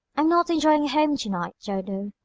i'm not enjoying home tonight, dodo.